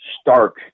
stark